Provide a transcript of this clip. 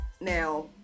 now